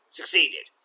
Succeeded